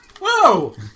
Whoa